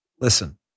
Listen